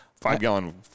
five-gallon